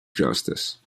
justice